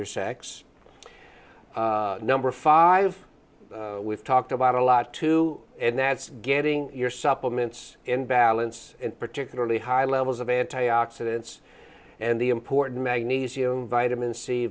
either sex number five we've talked about a lot too and that's getting your supplements in balance particularly high levels of anti oxidants and the important magnesium vitamin c